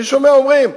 אני שומע שאומרים: